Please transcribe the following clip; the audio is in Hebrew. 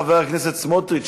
חבר הכנסת סמוטריץ,